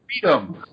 freedom